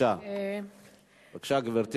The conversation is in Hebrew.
אדוני היושב-ראש,